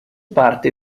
parte